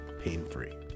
pain-free